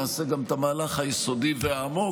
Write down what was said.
נעשה גם את המהלך היסודי והעמוק,